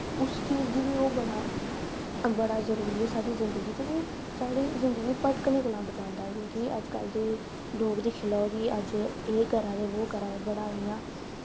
उस चीज़ गी बी ओह् बड़ा बड़ा जरूरी ऐ साढ़ी जिन्दगी च साढ़ी जिन्दगी भड़कने कोला बचांदा क्योंकि अज कल दे लोग दिक्खी लेओ कि अज एह् करा दे बो करा दे बड़ा इयां